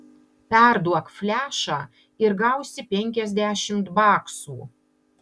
perduok flešą ir gausi penkiasdešimt baksų